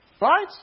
right